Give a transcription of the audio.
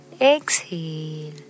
exhale